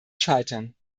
scheitern